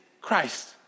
Christ